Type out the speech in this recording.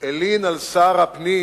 הלין על שר הפנים